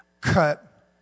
cut